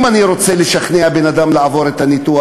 אם אני רוצה לשכנע בן-אדם לעבור את הניתוח,